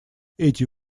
эти